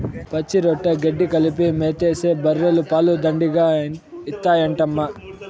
పచ్చిరొట్ట గెడ్డి కలిపి మేతేస్తే బర్రెలు పాలు దండిగా ఇత్తాయంటమ్మా